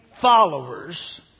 followers